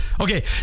Okay